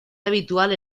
habitual